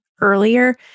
earlier